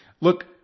look